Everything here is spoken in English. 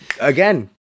again